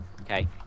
Okay